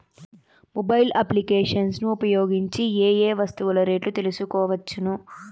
Mobile applications ను ఉపయోగించి ఏ ఏ వస్తువులు రేట్లు తెలుసుకోవచ్చును?